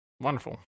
wonderful